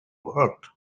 world